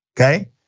okay